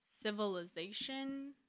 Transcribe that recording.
civilization